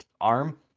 arm